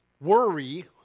worry